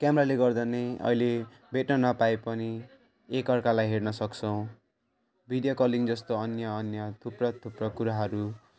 क्यामेराले गर्दा नै अहिले भेट्न नपाए पनि एकअर्कालाई हेर्न सक्छौँ भिडियो कलिङ जस्ता अन्य अन्य थुप्रा थुप्रा कुराहरू